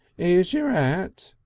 ere's your at,